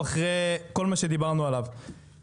מאוד מטריד אותי הנושא שאין כתובת אחת